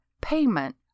payment